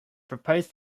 proposed